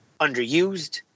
underused